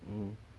mm